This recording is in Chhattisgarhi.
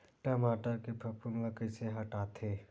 टमाटर के फफूंद ल कइसे हटाथे?